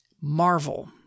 Marvel